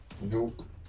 Nope